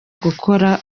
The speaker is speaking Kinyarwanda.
gukora